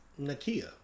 Nakia